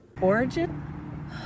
Origin